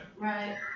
Right